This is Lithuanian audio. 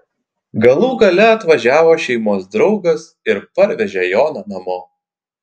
galų gale atvažiavo šeimos draugas ir parvežė joną namo